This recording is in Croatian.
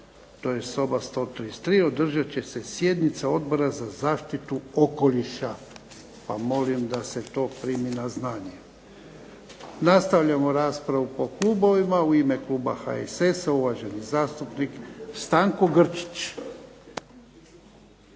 to je soba 133, održat će se sjednica Odbora za zaštitu okoliša pa molim da se to primi na znanje. Nastavljamo raspravu po klubovima, u ime kluba HSS-a uvaženi zastupnik Stanko Grčić.